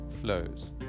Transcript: flows